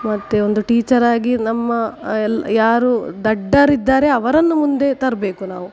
ಮತ್ತು ಒಂದು ಟೀಚರ್ ಆಗಿ ನಮ್ಮ ಎಲ್ ಯಾರು ದಡ್ಡರಿದ್ದಾರೆ ಅವರನ್ನು ಮುಂದೆ ತರಬೇಕು ನಾವು